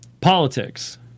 politics